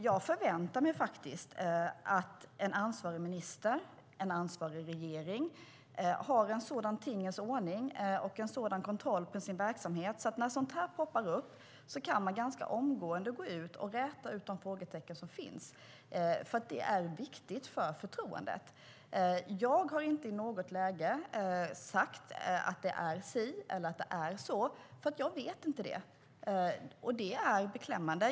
Jag förväntar mig faktiskt att en ansvarig minister och en ansvarig regering har en sådan tingens ordning och en sådan kontroll på sin verksamhet att man när sådant här poppar upp ganska omgående kan gå ut och räta ut de frågetecken som finns, för det är viktigt för förtroendet. Jag har inte i något läge sagt att det är si eller så, för jag vet inte det. Det är beklämmande.